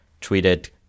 tweeted